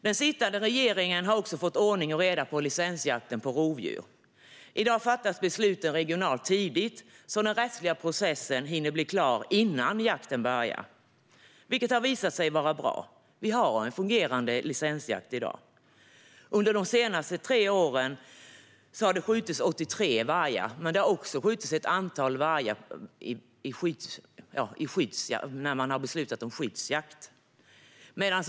Den sittande regeringen har också fått ordning och reda på licensjakten på rovdjur. I dag fattas de regionala besluten tidigt, så att den rättsliga processen hinner blir klar innan jakten börjar. Detta har visat sig vara bra - vi har en fungerande licensjakt i dag. Under de senaste tre åren har det skjutits 83 vargar. Det har också skjutits ett antal vargar efter att man beslutat om skyddsjakt.